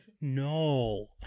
No